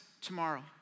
tomorrow